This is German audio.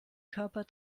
körper